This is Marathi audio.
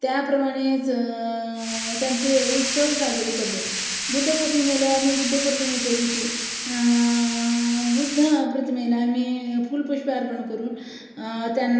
त्या प्रमाणेच त्यांचे उत्सव साजरे करतो आहोत बुद्धपौर्णिमेलाही आम्ही बुद्धपौर्णिमेच्याही दिवशी बुद्ध प्रतिमेला आम्ही फूल पुष्पे अर्पण करून त्यांना